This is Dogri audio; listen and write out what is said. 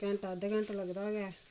घैंटा अद्धा घैंटा लगदा गै